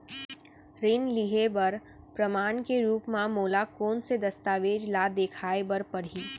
ऋण लिहे बर प्रमाण के रूप मा मोला कोन से दस्तावेज ला देखाय बर परही?